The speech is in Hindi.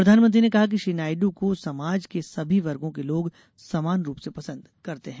प्रधानमंत्री ने कहा कि श्री नायड् को समाज के सभी वर्गो के लोग समान रूप से पसंद करते हैं